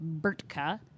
Bertka